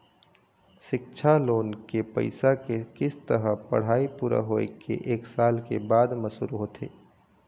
सिक्छा लोन के पइसा के किस्त ह पढ़ाई पूरा होए के एक साल के बाद म शुरू होथे